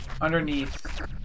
underneath